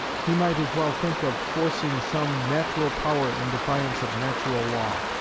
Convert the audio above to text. he might as well think of forcing some natural power in defiance of natural law.